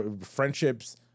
Friendships